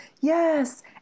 yes